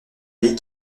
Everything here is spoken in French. pays